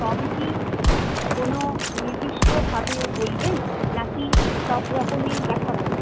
রং কী কোনও নিদিষ্টভাবে বলবেন নাকি সবরকমই দেখাব